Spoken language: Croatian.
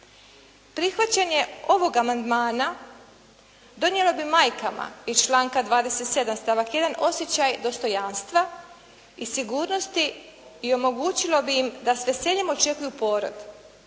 Prihvaćenje ovog amandmana, donijelo bi majkama iz članka 27. stavak 1. osjećaj dostojanstva i sigurnosti i omogućilo bi im da s veseljem očekuju porod,